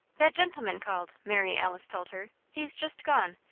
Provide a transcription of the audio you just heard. that gentleman called, mary alice told her. he's just gone.